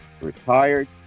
retired